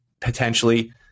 potentially